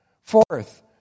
Fourth